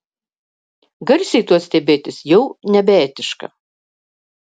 garsiai tuo stebėtis jau nebeetiška